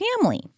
family